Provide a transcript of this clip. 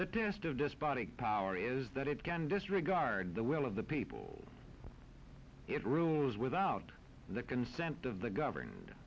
the distant despotic power is that it can disregard the will of the people it rules without the consent of the govern